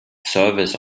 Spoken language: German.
service